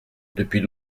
depuis